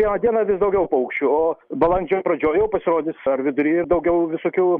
kiekvieną dieną vis daugiau paukščių o balandžio pradžioj jau pasirodys ar vidury ir daugiau visokių